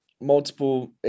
multiple